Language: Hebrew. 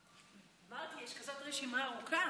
אמרתי, יש כזאת רשימה ארוכה.